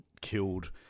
killed